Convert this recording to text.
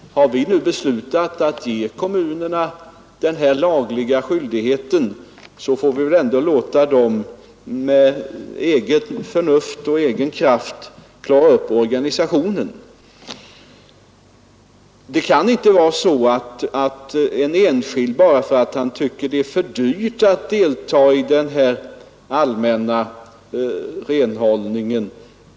Har vi beslutat att ge kommunerna denna lagliga skyldighet, får vi väl låta dem med eget förnuft och av egen kraft klara upp organisationen. Det kan inte vara så att en enskild person skall få dispens bara för att han tycker att det är för dyrt att ansluta sig till den allmänna renhållningen.